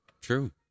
True